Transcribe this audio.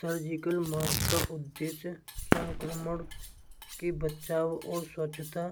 surgical mask का उद्देश्य संक्रमण की बचाओ और स्वच्छता